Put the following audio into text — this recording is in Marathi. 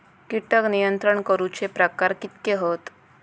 कीटक नियंत्रण करूचे प्रकार कितके हत?